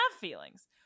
feelings